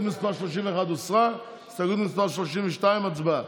מס' 32, הצבעה.